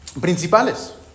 principales